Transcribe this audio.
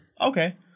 Okay